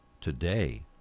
today